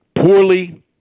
poorly